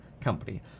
company